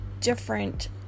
different